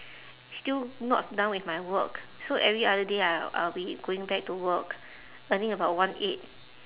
still not done with my work so every other day I I will be going back to work earning about one eight